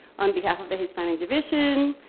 on behalf of the hispanic division,